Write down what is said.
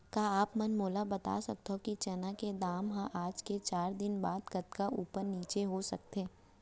का आप मन मोला बता सकथव कि चना के दाम हा आज ले चार दिन बाद कतका ऊपर नीचे हो सकथे?